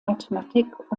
mathematik